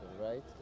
right